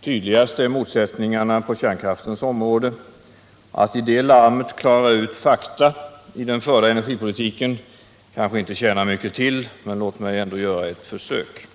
Tydligast är motsättningarna på kärnkraftens område. Att i det larmet klara ut fakta i den förda energipolitiken kanske inte tjänar så mycket till, men låt mig ändå göra ett försök.